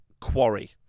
quarry